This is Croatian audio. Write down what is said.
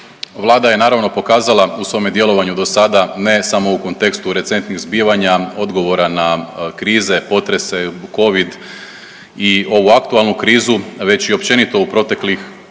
Vlada je naravno pokazala u svome djelovanju dosada ne samo u kontekstu recentnih zbivanja odgovora na krize, potrese, Covid i ovu aktualnu krizu već i općenito u proteklih nekoliko